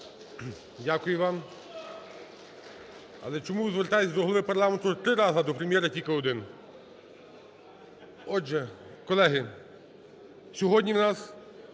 Дякую вам. Але чому ви звертаєтесь до Голови парламенту три рази, а до Прем'єра тільки один? Отже, колеги, сьогодні в нас